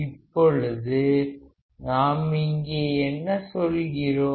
இப்பொழுது நாம் இங்கே என்ன சொல்கிறோம்